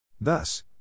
Thus